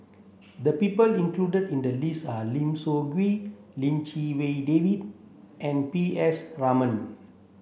the people included in the list are Lim Soo Ngee Lim Chee Wai David and P S Raman